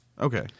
Okay